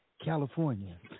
California